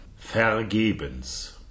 Vergebens